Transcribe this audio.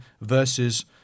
versus